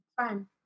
Fine